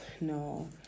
no